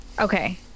okay